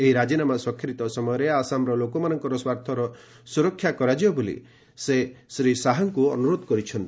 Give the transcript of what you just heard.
ଏହି ରାଜିନାମା ସ୍ୱାକ୍ଷରିତ ସମୟରେ ଆସାମର ଲୋକମାନଙ୍କର ସ୍ୱାର୍ଥର ସୁରକ୍ଷା କରାଯିବାକୁ ସେ ଶ୍ରୀ ଶାହା ଅନୁରୋଧ କରିଛନ୍ତି